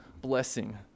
blessing